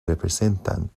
representan